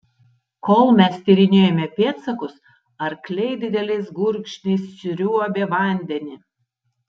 kol mes tyrinėjome pėdsakus arkliai dideliais gurkšniais sriuobė vandenį